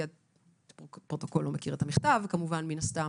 כי הפרוטוקול לא מכיר את המכתב כמובן מן הסתם.